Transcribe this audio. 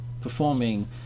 performing